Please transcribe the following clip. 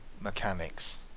mechanics